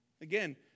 Again